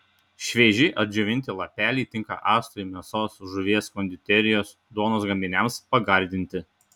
švieži ar džiovinti lapeliai tinka actui mėsos žuvies konditerijos duonos gaminiams pagardinti